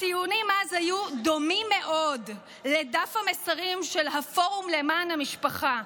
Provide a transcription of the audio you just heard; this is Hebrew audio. הטיעונים אז היו דומים מאוד לדף המסרים של הפורום למען המשפחה.